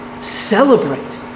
celebrate